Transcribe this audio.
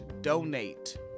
donate